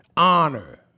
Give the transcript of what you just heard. Honor